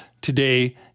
today